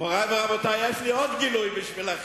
מורי ורבותי, יש לי עוד גילוי בשבילכם.